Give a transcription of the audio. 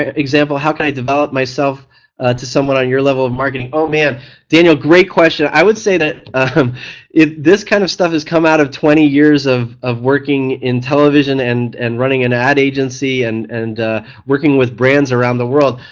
ah example how can i develop myself to someone on your level of marketing? um daniel great question, i would say that this kind of stuff has come out of twenty years of of working in television and and running an ad agency and and working with brands around the world.